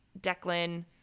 Declan